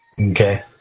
Okay